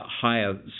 higher